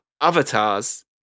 avatars